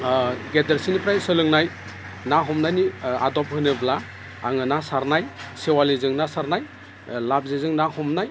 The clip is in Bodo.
गेदेरफोरनिफ्राय सोलोंनाय ना हमनायनि आदब होनोब्ला आङो ना सारनाय सेवालिजों ना सारनाय लाबजेजों ना हमनाय